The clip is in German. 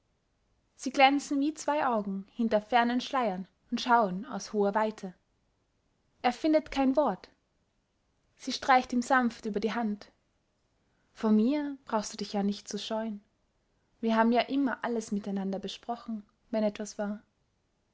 sie glänzen wie zwei augen hinter fernen schleiern und schauen aus hoher weite er findet kein wort sie streicht ihm sanft über die hand vor mir brauchst du dich ja nicht zu scheuen wir haben ja immer alles miteinander besprochen wenn etwas war